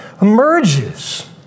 emerges